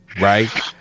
Right